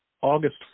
August